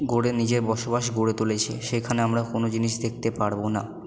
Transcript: গড়ে নিজের বসবাস গড়ে তুলেছে সেখানে আমরা কোনো জিনিস দেখতে পারবো না